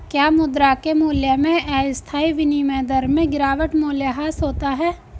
क्या मुद्रा के मूल्य में अस्थायी विनिमय दर में गिरावट मूल्यह्रास होता है?